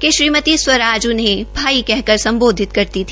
कि श्रीमती स्वराज उन्हें कह कर सम्बोधित करती थी